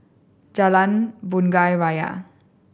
Jalan Bunga Raya